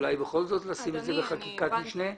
אולי בכל זאת לשים את זה בחקיקת משנה?